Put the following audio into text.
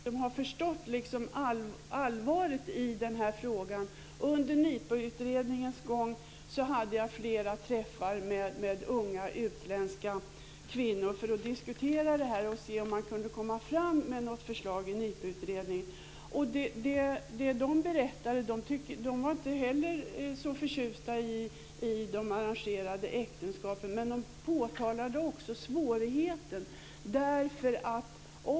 Fru talman! Jag tror inte att Desirée Pethrus Engström har förstått allvaret i den här frågan. Under NIPU-utredningens gång hade jag flera träffar med unga utländska kvinnor för att diskutera detta och se om man kunde komma fram med något förslag i NIPU-utredningen. De var inte heller så förtjusta i de arrangerade äktenskapen. Men de påtalade också svårigheten.